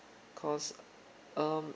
cause um